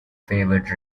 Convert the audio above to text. favored